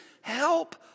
help